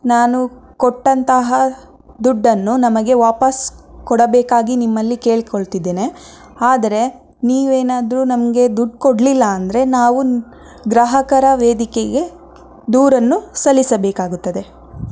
ನಾನು ಕೊಟ್ಟಂತಹ ದುಡ್ಡನ್ನು ನಮಗೆ ವಾಪಸ್ ಕೊಡಬೇಕಾಗಿ ನಿಮ್ಮಲ್ಲಿ ಕೇಳಿಕೊಳ್ತಿದ್ದೇನೆ ಆದರೆ ನೀವೇನಾದರೂ ನಮಗೆ ದುಡ್ಡು ಕೊಡಲಿಲ್ಲ ಅಂದರೆ ನಾವು ಗ್ರಾಹಕರ ವೇದಿಕೆಗೆ ದೂರನ್ನು ಸಲ್ಲಿಸಬೇಕಾಗುತ್ತದೆ